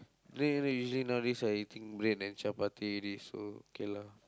then usually nowadays I eating bread and chappati already so okay lah